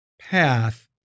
path